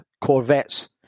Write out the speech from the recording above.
corvettes